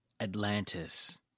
Atlantis